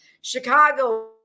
Chicago